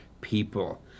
people